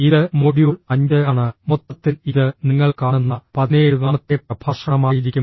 ഇത് മൊഡ്യൂൾ 5 ആണ് മൊത്തത്തിൽ ഇത് നിങ്ങൾ കാണുന്ന 17 ാമത്തെ പ്രഭാഷണമായിരിക്കും